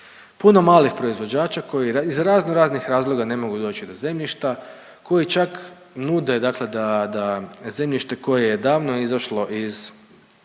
Puno malih proizvođača koji iz razno raznih razloga ne mogu doći do zemljišta, koji čak nude, dakle da zemljište koje je davno izašlo iz